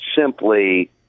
simply